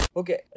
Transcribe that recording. okay